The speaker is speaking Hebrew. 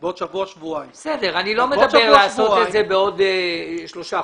עד שחושבים עד כמה זמן אני אומר שההצעה כפי שעלתה בוועדת השרים,